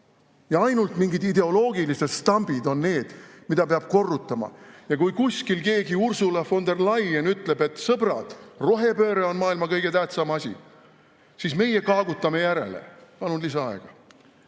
Ainult mingid ideoloogilised stambid on need, mida peab korrutama. Ja kui kuskil keegi Ursula von der Leyen ütleb, et sõbrad, rohepööre on maailma kõige tähtsam asi, siis meie kaagutame järele. Palun lisaaega.